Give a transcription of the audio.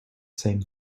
same